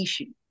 issue